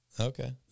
Okay